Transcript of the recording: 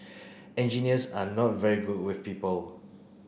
engineers are not very good with people